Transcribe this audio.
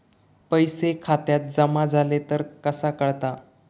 पैसे खात्यात जमा झाले तर कसा कळता?